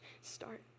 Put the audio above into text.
start